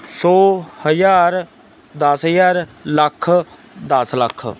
ਸੌ ਹਜ਼ਾਰ ਦਸ ਹਜ਼ਾਰ ਲੱਖ ਦਸ ਲੱਖ